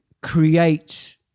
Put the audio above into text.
create